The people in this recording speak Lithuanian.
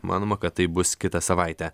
manoma kad tai bus kitą savaitę